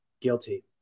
Guilty